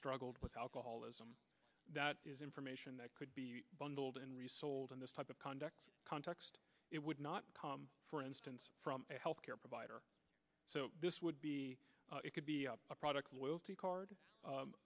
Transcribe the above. struggled with alcoholism that is information that could be bundled and resold in this type of conduct context it would not come for instance from a health care provider so this would be it could be a product loyalty card